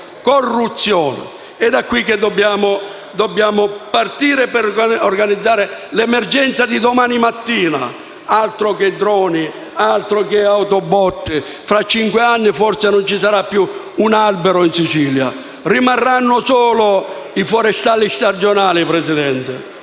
È da qui che dobbiamo partire per organizzare l'emergenza di domani mattina. Altro che droni e autobotti. Fra cinque anni forse non ci sarà più un albero in Sicilia. Rimarranno solo i forestali stagionali, signor